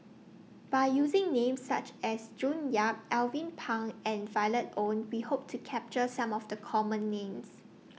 By using Names such as June Yap Alvin Pang and Violet Oon We Hope to capture Some of The Common Names